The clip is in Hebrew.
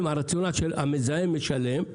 מתוך רציונל ש"המזהם משלם".